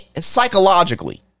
psychologically